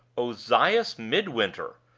ozias midwinter!